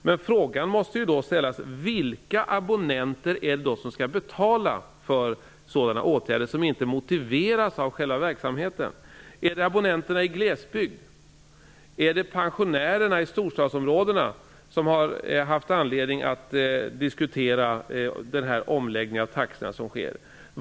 Men frågan måste då ställas: Vilka abonnenter är det då som skall betala för sådana åtgärder som inte är motiverade av själva verksamheten? Är det abonnenterna i glesbygd? Är det pensionärerna i storstadsområdena, som har haft anledning att diskutera den omläggning av taxorna som sker?